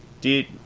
Dude